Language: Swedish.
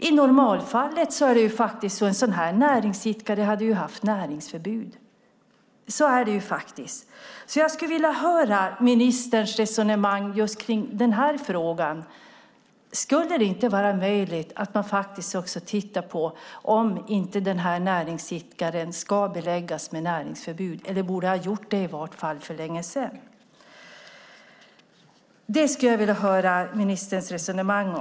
I normalfallet skulle en sådan näringsidkare haft näringsförbud. Jag skulle vilja höra ministerns resonemang om denna fråga. Är det inte möjligt att också titta på om näringsidkaren ska beläggas med näringsförbud? Det borde ha skett för länge sedan.